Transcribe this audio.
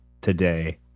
today